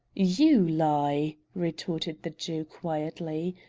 you lie, retorted the jew quietly,